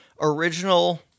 original